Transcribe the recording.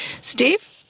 Steve